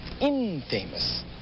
infamous